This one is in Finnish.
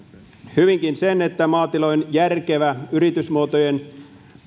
hyvinkin sen että maatilojen järkevä yritysmuotojen